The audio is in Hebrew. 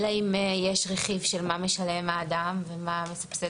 אלא אם יש רכיב של מה משלם האדם או מה מסבסדים.